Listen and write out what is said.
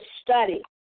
study